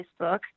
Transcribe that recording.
Facebook